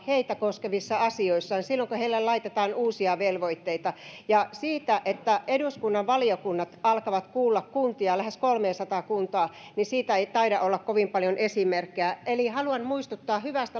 heitä koskevissa asioissa silloin kun heille laitetaan uusia velvoitteita ja siitä että eduskunnan valiokunnat alkavat kuulla kuntia lähes kolmeasataa kuntaa ei taida olla kovin paljon esimerkkejä eli haluan muistuttaa hyvästä